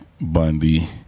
Bundy